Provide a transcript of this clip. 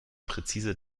präzise